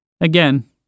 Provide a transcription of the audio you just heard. Again